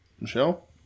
Michelle